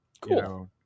Cool